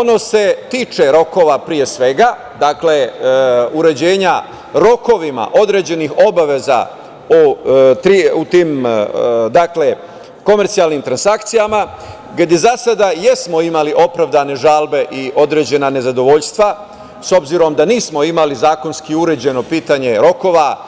Ono se tiče rokova pre svega, dakle, uređenja rokovima određenih obaveza u tim komercijalnim transakcijama, gde za sada jesmo imali opravdane žalbe i određena nezadovoljstva, s obzirom na to da nismo imali zakonski uređeno pitanje rokova